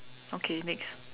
okay next